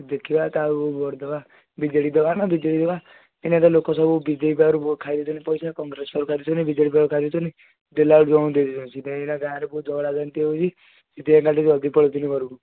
ଦେଖିବା କାହାକୁ ଭୋଟ୍ ଦେବା ବିଜେଡ଼ିକୁ ଦେବା ନା ବିଜେପିକୁ ଦେବା ଏଇନା ତ ଲୋକସବୁ ବିଜେପି ପାଖରୁ ଖାଇଦେଉଛନ୍ତି ପଇସା କଂଗ୍ରେସ ପାଖରୁ ଖାଇ ଦେଉଛନ୍ତି ବିଜେଡ଼ି ପାଖରୁ ଖାଇଦେଉଛନ୍ତି ଦେଲା ବେଳକୁ ଜଣଙ୍କୁ ଦେଇଦେଉଛନ୍ତି ସେଥିପାଇଁ ଗାଁରେ ବହୁତ ଏଇନା ଝଗଡ଼ା ଝାଟି ହେଉଛି ସେଥିପାଇଁ କାଲି ଜଲ୍ଦି ପଳେଇଥିଲି ଘରକୁ